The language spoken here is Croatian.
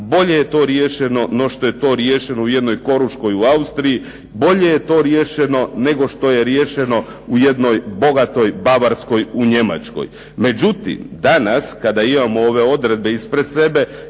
bolje je to riješeno nego što je to riješeno u jednoj Koruškoj u Austriji, bolje je to riješeno nego što je riješeno u jednoj bogatoj Bavarskoj u Njemačkoj. Međutim danas kada imam ove odredbe ispred sebe, ja